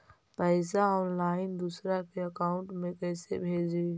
पैसा ऑनलाइन दूसरा के अकाउंट में कैसे भेजी?